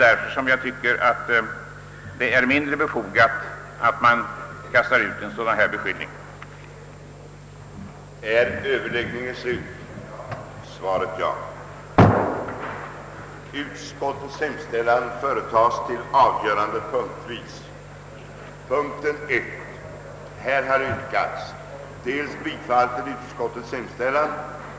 Därför anser jag det inte befogat att man kastar ut en sådan beskyllning mot dem.